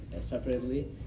separately